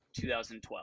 2012